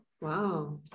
Wow